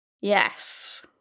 yes